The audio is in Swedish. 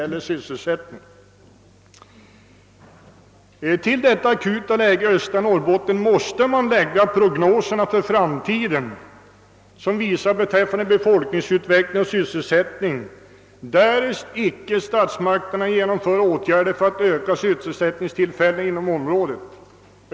Till bilden av detta akuta läge i östra Norrbotten måste man lägga vad prognoserna för framtiden visar beträffande befolkningsutveckling och sysselsättning, därest icke statsmakterna genomför åtgärder för att öka antalet sysselsättningstillfällen inom området.